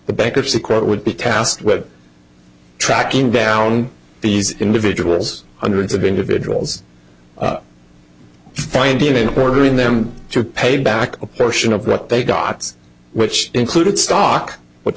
the bankruptcy court would be tasked with tracking down these individuals hundreds of individuals finding it ordering them to pay back a portion of what they got which included stock